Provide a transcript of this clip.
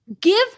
Give